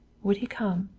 would he come?